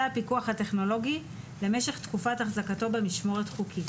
הפיקוח הטכנולוגי למשך תקופת החזקתו במשמורת חוקית,